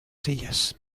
sillas